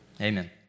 Amen